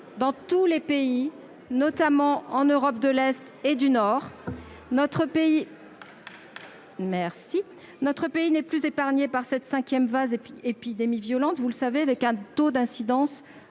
dans tous les pays, notamment en Europe de l'Est et du Nord. Notre pays n'est plus épargné par cette cinquième vague épidémique violente, vous le savez, avec un taux d'incidence